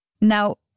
now